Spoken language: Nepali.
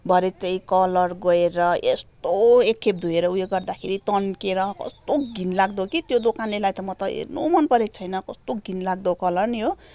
भरे चाहिँ कलर गएर यस्तो एकखेप धुएर उयो गर्दाखेरि तन्किएर कस्तो घिनलाग्दो कि त्यो दोकानेलाई त म त हेर्नु मन परेको छैन कस्तो घिनलाग्दो कलर नि हो